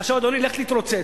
עכשיו אדוני לך ותתרוצץ,